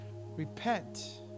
Repent